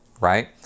right